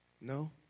No